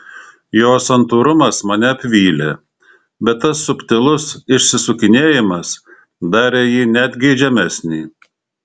jo santūrumas mane apvylė bet tas subtilus išsisukinėjimas darė jį net geidžiamesnį